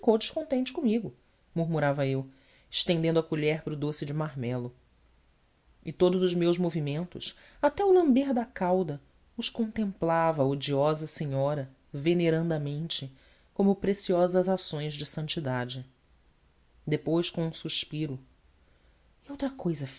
descontente comigo murmurava eu estendendo a colher para o doce de marmelo e todos os meus movimentos até o lamber da calda os contemplava a odiosa senhora venerandamente como preciosas ações de santidade depois com um suspiro e outra cousa